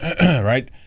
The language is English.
right